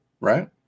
right